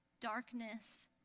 darkness